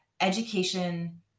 education